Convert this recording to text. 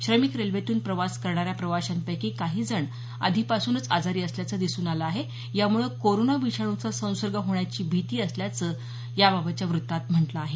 श्रमिक रेल्वेतून प्रवास करणाऱ्या प्रवाशांपैकी काही जण आधीपासूनच आजारी असल्याचं दिसून आलं आहे यामुळे कोरोना विषाणूचा संसर्ग होण्याची भीती असल्याचं याबाबतच्या वृत्तात म्हटलं आहे